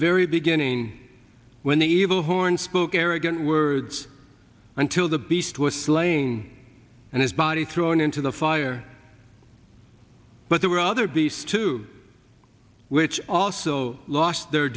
very beginning when the evil horn spoke arrogant words until the beast was slain and his body thrown into the fire but there were other beasts too which also lost their